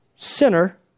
sinner